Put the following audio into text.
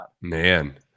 Man